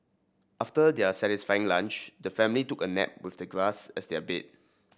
after their satisfying lunch the family took a nap with the grass as their bed